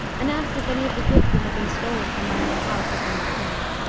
and asked if any of the goods that had been stolen from my other house had been returned.